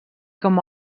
com